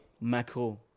Macro